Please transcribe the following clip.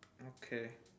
okay